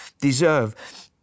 deserve